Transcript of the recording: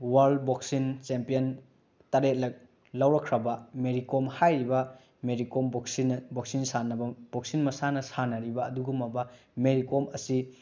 world boxing champion ꯇꯔꯦꯠꯂꯛ ꯂꯧꯔꯛꯈ꯭ꯔꯕ ꯃꯦꯔꯤ ꯀꯣꯝ ꯍꯥꯏꯔꯤꯕ ꯃꯦꯔꯤ ꯀꯣꯝ ꯕꯣꯛꯁꯤꯟ ꯁꯥꯟꯅꯕ ꯕꯣꯛꯁꯤꯟ ꯃꯁꯥꯟꯅ ꯁꯥꯟꯅꯔꯤꯕ ꯑꯗꯨꯒꯨꯝꯂꯕ ꯃꯦꯔꯤꯀꯣꯝ ꯑꯁꯤ